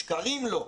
שקרים לא.